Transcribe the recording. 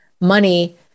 money